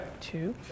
Two